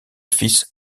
fils